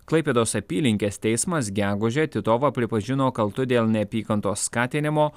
klaipėdos apylinkės teismas gegužę titovą pripažino kaltu dėl neapykantos skatinimo